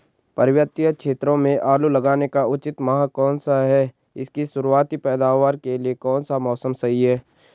पर्वतीय क्षेत्रों में आलू लगाने का उचित माह कौन सा है इसकी शुरुआती पैदावार के लिए कौन सा मौसम सही है?